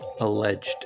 alleged